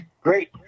Great